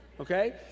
okay